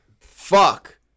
fuck